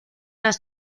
las